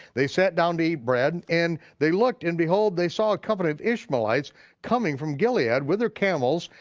they sat down to eat bread and and they looked and behold they saw a company of ishmeelites coming from gilead with their camels,